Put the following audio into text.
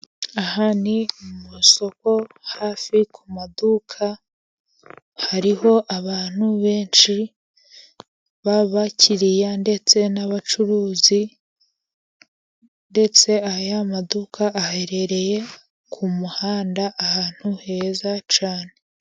Aha ni mu masoko hafi ku maduka, hariho abantu benshi b'abakiriya ndetse n'abacuruzi ndetse aya maduka, aherereye ku muhanda ahantu heza cyane.